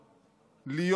להיות מוגנות.